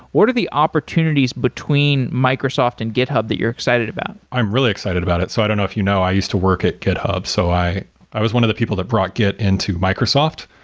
what are the opportunities between microsoft and github that you're excited about? i'm really excited about it. so i don't know if you know, i used to work at github, so i i was one of the people that brought git into microsoft.